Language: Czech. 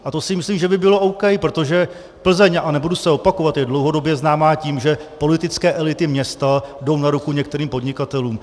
A to si myslím, že by bylo OK, protože Plzeň, a nebudu se opakovat, je dlouhodobě známá tím, že politické elity města jdou na ruku některým podnikatelům.